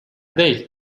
değil